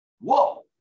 Whoa